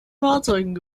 fahrzeugen